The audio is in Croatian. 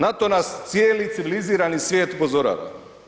Na to nas cijeli civilizirani svijet upozorava.